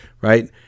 right